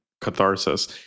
catharsis